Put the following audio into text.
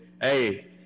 Hey